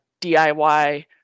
DIY